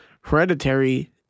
Hereditary